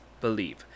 Believe